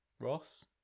Ross